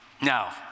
Now